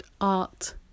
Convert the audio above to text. art